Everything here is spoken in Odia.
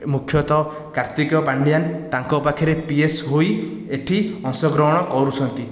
ମୁଖ୍ୟତଃ କାର୍ତ୍ତିକ ପାଣ୍ଡିଆନ ତାଙ୍କ ପାଖରେ ପିଏସ ହୋଇ ଏଠି ଅଂଶ ଗ୍ରହଣ କରୁଛନ୍ତି